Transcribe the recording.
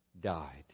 died